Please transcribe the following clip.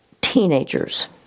teenagers